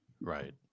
Right